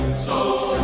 so